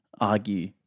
argue